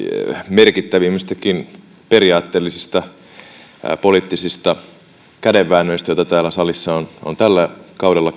merkittävimmistäkin periaatteellisista poliittisista kädenväännöistä joita täällä salissa on on tällä kaudella